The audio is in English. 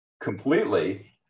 completely